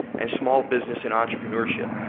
and small business and entrepreneurship.